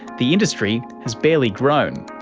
the industry has barely grown,